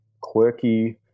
quirky